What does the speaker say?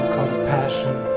compassion